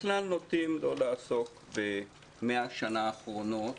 בכלל נוטים לא לעסוק במאה השנה האחרונות